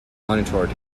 monitored